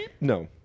No